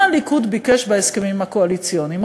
מה הליכוד ביקש בהסכמים הקואליציוניים?